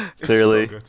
Clearly